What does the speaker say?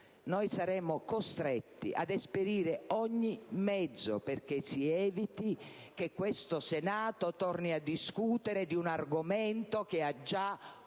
noi saremo costretti ad esperire ogni mezzo perché si eviti che questo Senato torni a discutere di un argomento che ha già bocciato.